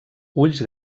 ulls